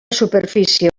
superfície